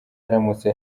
aramutse